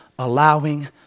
Allowing